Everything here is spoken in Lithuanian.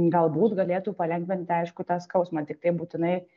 galbūt galėtų palengvinti aišku tą skausmą tiktai būtinai